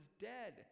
dead